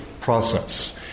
process